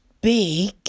big